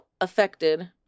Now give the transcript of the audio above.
affected